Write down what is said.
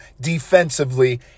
defensively